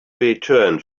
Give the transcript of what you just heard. returned